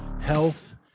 health